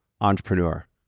entrepreneur